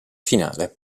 finale